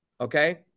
okay